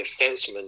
defenseman